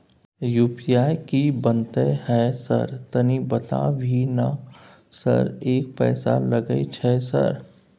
UPI की बनते है सर तनी बता भी ना सर एक पैसा लागे छै सर?